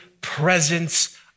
presence